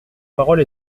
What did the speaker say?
parole